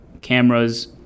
cameras